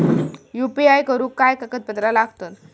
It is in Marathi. यू.पी.आय करुक काय कागदपत्रा लागतत?